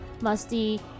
musty